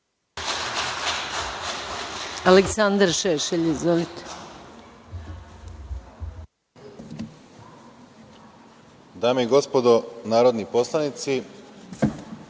Aleksandar Šešelj. Izvolite.